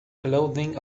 clothing